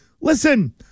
listen